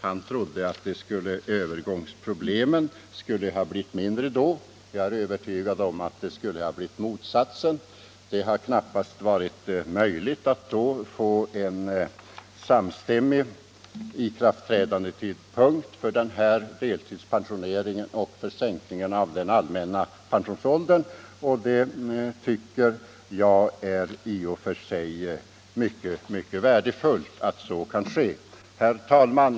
Han trodde att övergångsproblemen i så fall skulle ha blivit mindre. Jag är övertygad om att motsatsen skulle blivit förhållandet. Det hade då knappast varit möjligt att få en gemensam ikraftträdandetidpunkt för deltidspensioneringen och för sänkningen av den allmänna pensionsåldern. Jag tycker att det är mycket värdefullt att dessa reformer kan träda i kraft vid samma tidpunkt. Herr talman!